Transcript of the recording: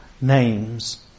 names